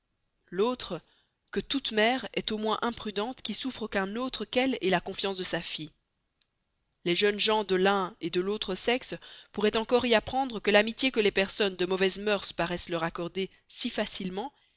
l'autre que toute mère est au moins imprudente qui souffre qu'un autre qu'elle ait la confiance de sa fille les jeunes gens de l'un et de l'autre sexe pourraient encore y apprendre que l'amitié que les personnes de mauvaises mœurs paraissent leur accorder si facilement